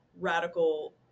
radical